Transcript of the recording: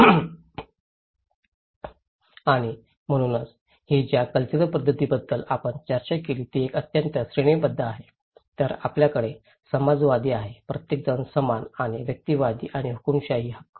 आणि म्हणूनच ही ज्या कॅल्चरल पद्धतीबद्दल आपण चर्चा केली ती एक अत्यंत श्रेणीबद्ध आहे तर आपल्याकडे समतावादी आहे प्रत्येकजण समान आणि व्यक्तीवादी आणि हुकूमशाही हक्क आहे